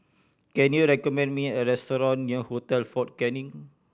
can you recommend me a restaurant near Hotel Fort Canning